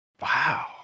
Wow